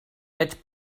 veig